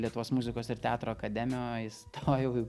lietuvos muzikos ir teatro akademiją o įstojau